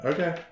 Okay